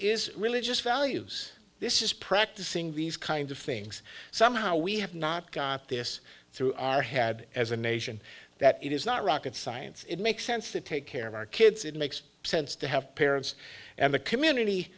is religious values this is practicing these kinds of things somehow we have not got this through our had as a nation that it is not rocket science it makes sense to take care of our kids it makes sense to have parents and the community